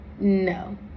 no